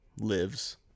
lives